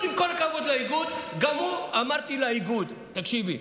עם כל הכבוד לאיגוד, ואמרתי לאיגוד, תקשיבי,